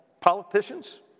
Politicians